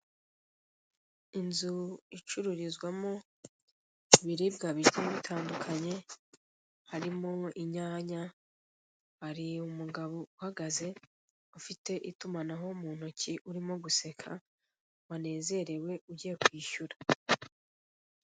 Inzu icururizwamo ibiribwa bigiye bitandukanye, harimo inyanya, hari umugabo uhagaze, ufite itumanaho mu ntoki urimo guseka, wanezerewe ugiye kwishyura.